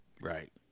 Right